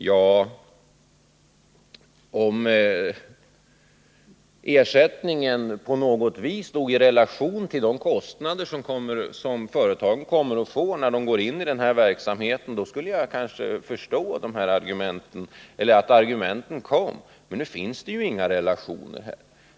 Ja, om ersättningen stod i relation till de kostnader som företagen drabbas av i och med att de går in i den här verksamheten, då skulle jag förstå argumenten. Men ersättningen står inte i relation till kostnaderna.